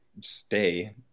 stay